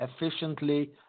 efficiently